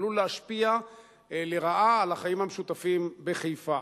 עלול להשפיע לרעה על החיים המשותפים בחיפה.